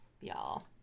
Y'all